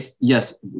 Yes